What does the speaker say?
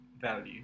value